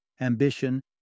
ambition